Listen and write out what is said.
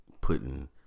putting